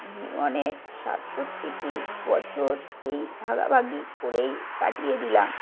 জীবনের সাতষট্টিটি বছর এই ভাগাভাগি করেই কাটিয়ে দিলাম